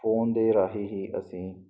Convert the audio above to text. phone ਦੇ ਰਾਹੀਂ ਹੀ ਅਸੀਂ